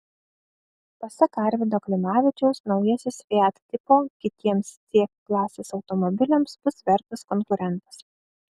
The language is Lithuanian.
pasak arvydo klimavičiaus naujasis fiat tipo kitiems c klasės automobiliams bus vertas konkurentas